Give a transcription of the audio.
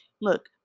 Look